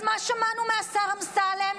אז מה שמענו מהשר אמסלם?